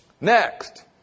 Next